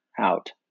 out